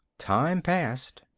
time passed,